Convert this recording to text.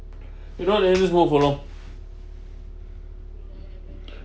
you know what let's just move along